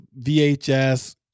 VHS